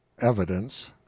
evidence